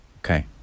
okay